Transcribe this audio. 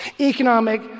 Economic